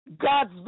God's